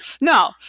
No